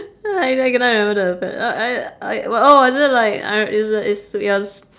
I I cannot remember the but uh I I what was it like I re~ it's a it's it was